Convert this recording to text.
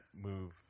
move